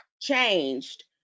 changed